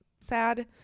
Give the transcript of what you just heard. sad